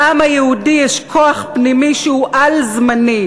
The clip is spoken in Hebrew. לעם היהודי יש כוח פנימי שהוא על-זמני.